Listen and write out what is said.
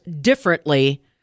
differently